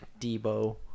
Debo